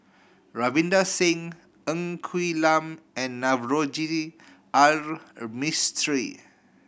Ravinder Singh Ng Quee Lam and Navroji R Mistri